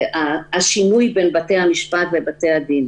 השוני בין בתי-המשפט לבין בתי הדין.